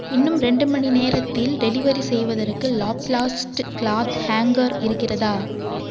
இன்னும் ரெண்டு மணி நேரத்தில் டெலிவரி செய்வதற்கு லாப்ளாஸ்ட் கிளாத் ஹேங்கர் இருக்கிறதா